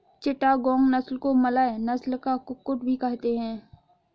चिटागोंग नस्ल को मलय नस्ल का कुक्कुट भी कहते हैं